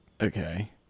Okay